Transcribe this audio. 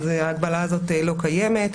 אז ההגבלה הזאת לא קיימת.